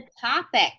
topic